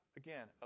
again